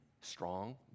strong